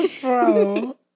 Bro